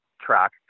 track